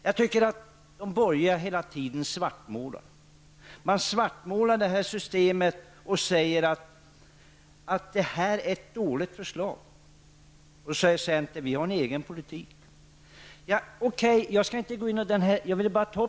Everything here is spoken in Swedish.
Jag tycker att de borgerliga hela tiden svartmålar och säger att det är dåliga förslag vi kommer med. Så säger centern: Vi har en egen politik.